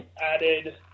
added